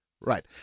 Right